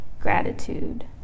gratitude